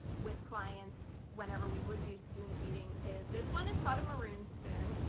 with clients whenever we would do spoon feeding is this one it's called a maroon spoon.